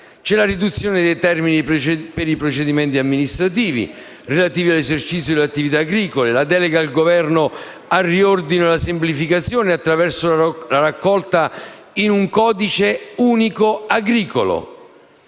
poi la riduzione dei termini per i procedimenti amministrativi relativi all'esercizio delle attività agricole. C'è la delega al Governo per il riordino e la semplificazione, attraverso la raccolta delle norme in un codice unico agricolo